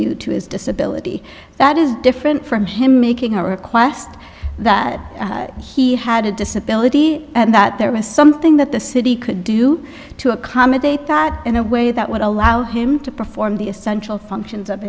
due to his disability that is different from him making a request that he had a disability and that there was something that the city could do to accommodate that in a way that would allow him to perform the essential functions